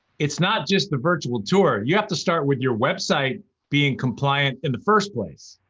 it's not just the virtual tour, you have to start with your website being compliant in the first place.